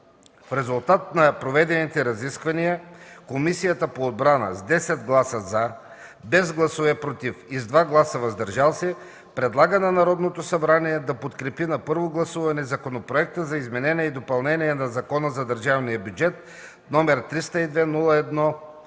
В резултат на проведените разисквания Комисията по отбрана с 10 гласа „за”, без „против” и с 2 гласа „въздържали се” предлага на Народното събрание да подкрепи на първо гласуване Законопроекта за изменение и допълнение на Закона за държавния бюджет № 302-01-8,